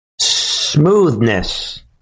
smoothness